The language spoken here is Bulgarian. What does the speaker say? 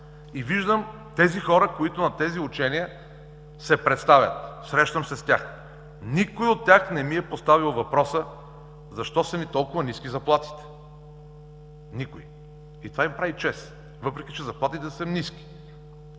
И виждам тези хора, които на тези учения се представят, срещам се с тях. Никой от тях не ми е поставял въпроса: защо са ни толкова ниски заплатите? Никой! И това им прави чест, въпреки че заплатите са ниски.